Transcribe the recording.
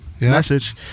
Message